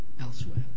elsewhere